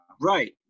Right